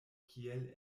kiel